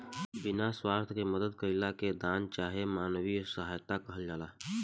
बिना स्वार्थ के मदद कईला के दान चाहे मानवीय सहायता कहल जाला